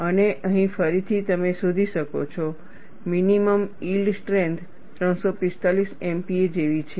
અને અહીં ફરીથી તમે શોધી શકો છો મિનિમમ યીલ્ડ સ્ટ્રેન્થ 345 MPa જેવી છે